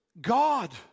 God